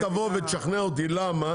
אם אתה תבוא ותשכנע אותי למה.